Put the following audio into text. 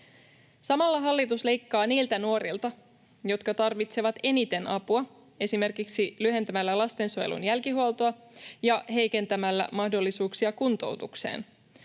Samalla hallitus leikkaa niiltä nuorilta, jotka tarvitsevat eniten apua, esimerkiksi lyhentämällä lastensuojelun jälkihuoltoa ja heikentämällä mahdollisuuksia kuntoutukseen.